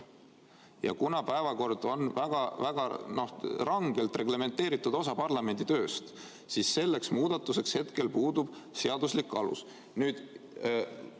Kuna päevakord on väga rangelt reglementeeritud osa parlamendi tööst, siis selleks muudatuseks puudub hetkel seaduslik alus. Nüüd,